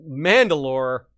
mandalore